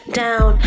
down